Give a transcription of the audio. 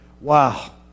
wow